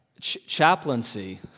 chaplaincy